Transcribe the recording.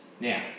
Now